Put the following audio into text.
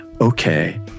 Okay